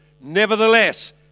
nevertheless